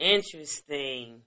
Interesting